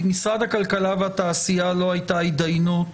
עם משרד הכלכלה והתעשייה לא היתה התדיינות